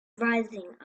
rising